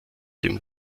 dem